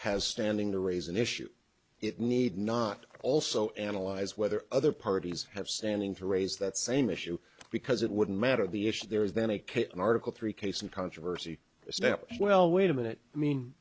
has standing to raise an issue it need not also analyze whether other parties have standing to raise that same issue because it wouldn't matter the issue there is the nikkei article three case and controversy a step well wait a minute i mean